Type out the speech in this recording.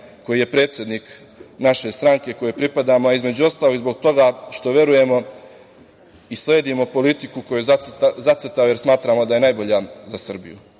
koji je predsednik naše stranke kojoj pripadamo, a između ostalog i zbog toga što verujemo i sledimo politiku koju je zacrtao jer smatramo da je najbolja za Srbiju. Takođe